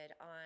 on